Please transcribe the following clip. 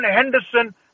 Henderson